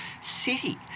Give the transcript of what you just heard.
city